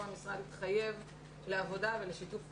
המשרד התחייב לעבודה ולשיתוף פעולה.